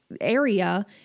area